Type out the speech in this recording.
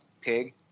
pig